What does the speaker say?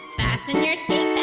fasten your seat